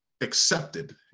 accepted